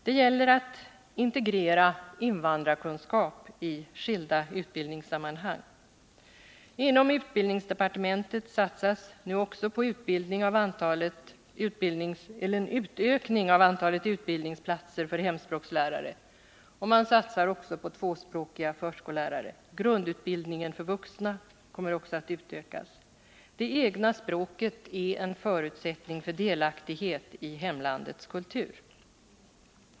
Det gäller att integrera invandrarkunskap i skilda utbildningssammanhang. Inom utbildningsdepartementet satsar man också på en utökning av antalet utbildningsplatser för hemspråkslärare, och man satsar även på tvåspråkiga förskollärare. Grundutbildningen för vuxna kommer också att utökas. Det egna språket är en förutsättning för delaktighet i hemlandets kultur.